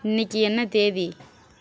இன்னைக்கு என்ன தேதி